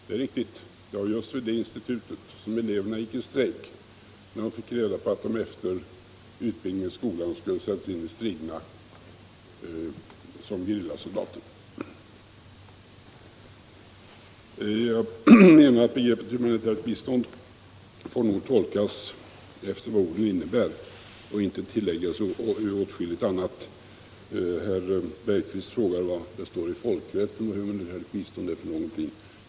Det är riktigt, och det var just vid det institutet som eleverna gick i strejk när de fick reda på att de efter utbildningen i skolan skulle sättas in i striderna som gerillasoldater. Begreppet humanitärt bistånd får nog tolkas efter vad orden innebär och inte tilläggas åtskilligt annat. Herr Bergqvist frågade vad det står i folkrätten att humanitärt bistånd är för någonting.